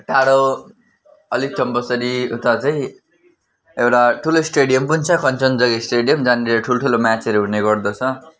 टाडो अलिक चम्पासरी उता चाहिँ एउटा ठुलो स्टेडियम पनि छ कञ्चनजङ्घा स्टेडियम जहाँनेर ठुलो ठुलो म्याचहरू हुने गर्दछ